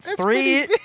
three